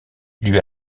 lui